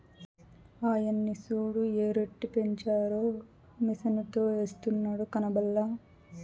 ఆయన్ని సూడు ఎరుయెట్టపెంచారో మిసనుతో ఎస్తున్నాడు కనబల్లా